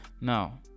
Now